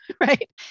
right